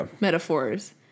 metaphors